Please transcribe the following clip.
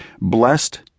Blessed